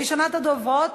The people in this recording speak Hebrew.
ראשונת הדוברות,